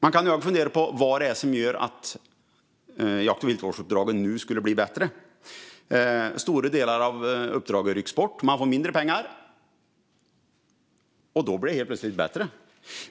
Vi kan fundera på vad det är som gör att jakt och viltvårdsuppdraget nu skulle bli bättre. Stora delar av uppdraget rycks bort. Man får mindre pengar, och då blir det helt plötsligt bättre.